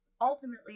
ultimately